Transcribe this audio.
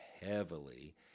heavily